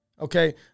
Okay